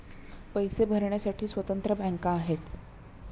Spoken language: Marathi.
पैसे भरण्यासाठी स्वतंत्र बँका आहेत